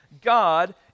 God